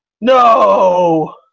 No